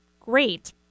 Great